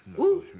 ooh!